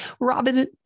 Robin